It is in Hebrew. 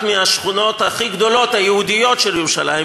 מהשכונות הכי גדולות היהודיות של ירושלים,